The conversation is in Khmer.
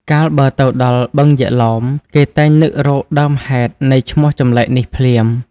កាលបើទៅដល់ "បឹងយក្សឡោម" គេតែងនឹករកដើមហេតុនៃឈ្មោះចម្លែកនេះភ្លាម។